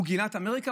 הוא גילה את אמריקה?